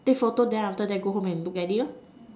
take photo then after that go home and look at it